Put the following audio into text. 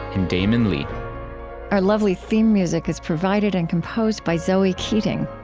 and damon lee our lovely theme music is provided and composed by zoe keating.